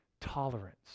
tolerance